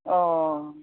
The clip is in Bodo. अह